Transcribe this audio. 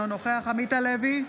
אינו נוכח עמית הלוי,